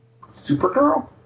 Supergirl